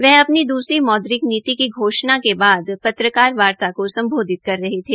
वह अपनी दूसरी मौद्रिक नीति की घोषणा के बाद पत्रकारा वार्ता को सम्बोधित कर रहे थे